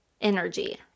energy